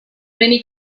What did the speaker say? many